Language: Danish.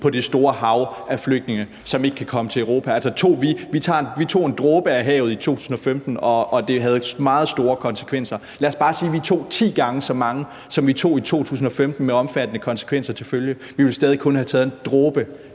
på det store hav af flygtninge, som ikke kan komme til Europa. Vi tog en dråbe af havet i 2015, og det havde meget store konsekvenser. Hvis vi tog ti gange så mange, som vi tog i 2015, med omfattende konsekvenser til følge, ville vi stadig kun have taget en dråbe